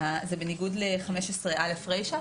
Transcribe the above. זה בניגוד ל-15(א) רישה?